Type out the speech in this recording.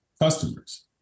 customers